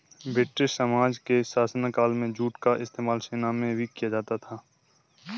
British साम्राज्य के शासनकाल में जूट का इस्तेमाल सेना में भी किया जाता था